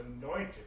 anointed